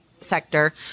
sector